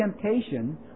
temptation